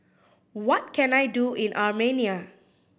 what can I do in Armenia